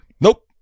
Nope